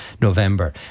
November